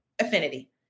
Affinity